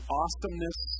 awesomeness